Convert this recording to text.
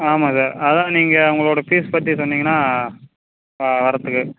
ஆமாம் சார் அதான் நீங்கள் உங்களோடய ஃபீஸ் பற்றி சொன்னீங்கன்னா வர்றதுக்கு